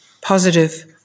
positive